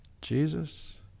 Jesus